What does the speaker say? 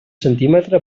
centímetre